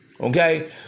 Okay